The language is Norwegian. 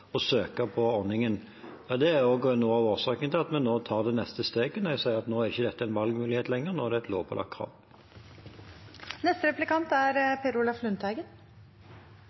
søke på ordningen. Det er noe av årsaken til at vi tar det neste steget, når jeg sier at dette ikke er en valgmulighet lenger. Nå er det et lovpålagt krav. Det er